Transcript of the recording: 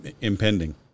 impending